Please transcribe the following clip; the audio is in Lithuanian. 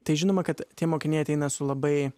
tai žinoma kad tie mokiniai ateina su labai